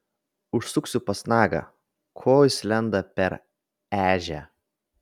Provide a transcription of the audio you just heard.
užsuksiu pas nagą ko jis lenda per ežią